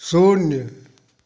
शून्य